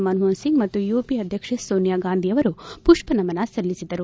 ಮನಮೋಹನ್ ಸಿಂಗ್ ಮತ್ತು ಯುಪಿಎ ಆಧ್ಯಕ್ಷೆ ಸೋನಿಯಾ ಗಾಂಧಿ ಅವರು ಮಷ್ಷನಮನ ಸಲ್ಲಿಸಿದರು